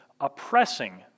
oppressing